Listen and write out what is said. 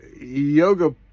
yoga